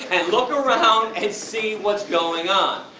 and look around and see what's going on.